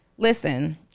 Listen